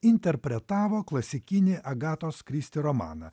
interpretavo klasikinį agatos kristi romaną